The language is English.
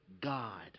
God